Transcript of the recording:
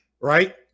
right